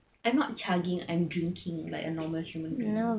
I'm not chugging I'm drinking like a normal human being